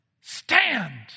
Stand